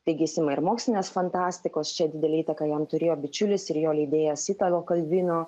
taigi jis ima ir mokslinės fantastikos čia didelę įtaką jam turėjo bičiulis ir jo leidėjas italo kalvino